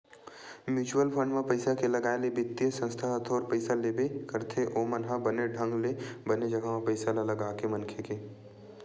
mutual fund म पइसा के लगाए ले बित्तीय संस्था ह थोर पइसा लेबे करथे ओमन ह बने ढंग ले बने जघा म पइसा ल लगाथे मनखे के